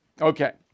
Okay